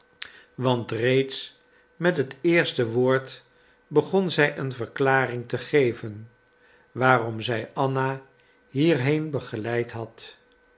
want reeds met het eerste woord begon zij een verklaring te geven waarom zij anna hierheen begeleid had